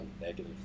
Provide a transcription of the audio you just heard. negative